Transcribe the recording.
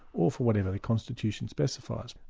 or for whatever the constitution specifies.